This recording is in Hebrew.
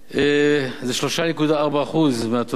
זה 3.4% מהתוצר,